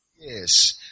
Yes